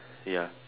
ya